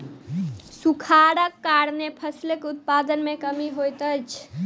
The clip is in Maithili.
सूखाड़क कारणेँ फसिलक उत्पादन में कमी होइत अछि